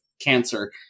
cancer